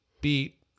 beat